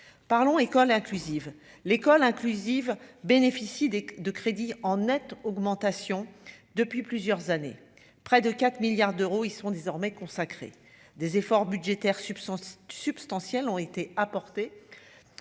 parlons école inclusive l'école inclusive bénéficient de crédit en nette augmentation depuis plusieurs années, près de 4 milliards d'euros, ils seront désormais consacrer des efforts budgétaires substance substantielles ont été apportées